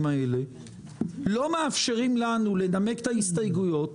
האלה לא מאפשרים לנו לנמק את ההסתייגויות,